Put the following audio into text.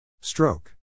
Stroke